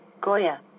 Goya